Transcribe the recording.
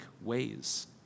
ways